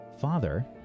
father